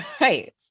Right